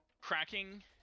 cracking